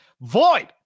Void